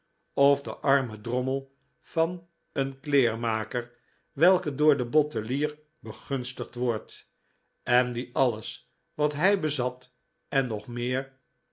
of den armen drommel van een kleermaker welke door den bottelier begunstigd wordt en die alles wat hij bezat en nog meer